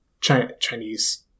Chinese